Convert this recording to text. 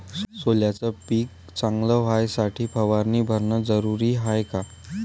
सोल्याचं पिक चांगलं व्हासाठी फवारणी भरनं जरुरी हाये का?